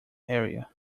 area